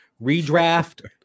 Redraft